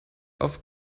auf